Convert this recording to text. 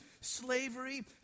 slavery